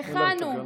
אין לך תקנה.